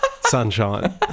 Sunshine